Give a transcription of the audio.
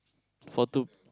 photo